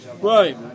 Right